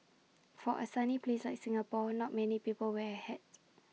for A sunny place like Singapore not many people wear A hat